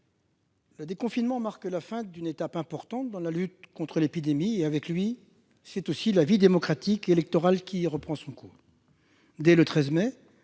le déconfinement marque une étape importante dans la lutte contre l'épidémie ; avec lui, c'est aussi la vie démocratique et électorale qui reprend son cours. Ce mouvement